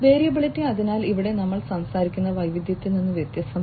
variability അതിനാൽ ഇവിടെ നമ്മൾ സംസാരിക്കുന്നത് വൈവിധ്യത്തിൽ നിന്ന് വ്യത്യസ്തമാണ്